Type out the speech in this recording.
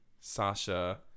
Sasha